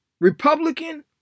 Republican